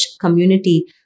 community